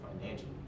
financially